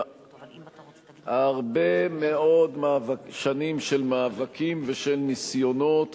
הרבה מאוד שנים של מאבקים ושל ניסיונות